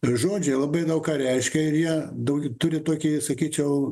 ra žodžiai labai daug ką reiškia ir jie daugiau turi tokį sakyčiau